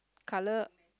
colour